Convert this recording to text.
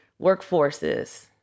workforces